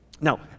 Now